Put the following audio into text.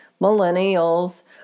millennials